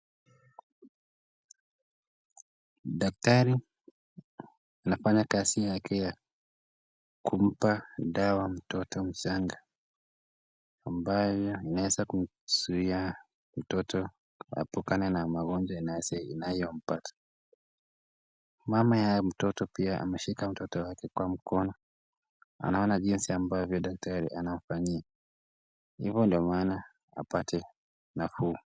Daktari anafanya kazi yake ya kumpa dawa mtoto mchanga ambayo inaweza kumzuia mtoto apukane na magonjwa nase inayompata. Mama ya mtoto pia ameshika mtoto wake kwa mkono. Anaona jinsi ambavyo daktari anafanyia. Hivyo ndio maana apate nafuu.